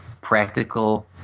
practical